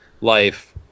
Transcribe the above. life